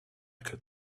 could